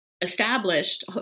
established